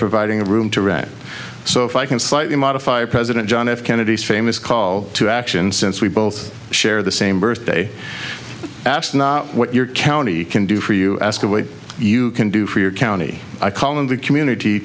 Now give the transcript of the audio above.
providing a room to rent so if i can slightly modify president john f kennedy's famous call to action since we both share the same birthday asked not what your county can do for you ask away you can do for your county i call in the community